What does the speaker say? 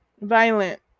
violent